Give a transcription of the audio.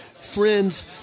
Friends